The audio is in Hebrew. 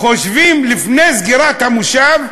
לפני סגירת המושב,